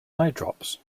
eyedrops